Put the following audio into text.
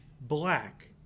black